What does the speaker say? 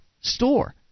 Store